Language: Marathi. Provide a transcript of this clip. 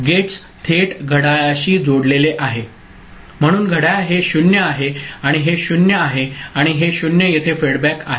गेट्स थेट घड्याळाशी जोडलेले आहे म्हणून घड्याळ हे 0 आहे आणि हे 0 आहे आणि हे 0 येथे फेडबॅक आहे